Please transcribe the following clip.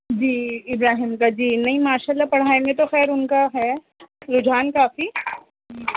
جی ابراہیم کا جی نہیں ماشاء اللہ پڑھائی میں تو خیر ان کا ہے رجحان کافی